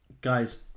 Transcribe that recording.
guys